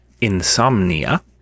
insomnia